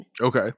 Okay